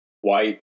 white